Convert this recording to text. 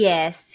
Yes